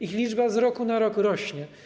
Ich liczba z roku na rok rośnie.